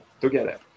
together